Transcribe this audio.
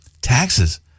taxes